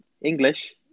English